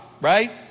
right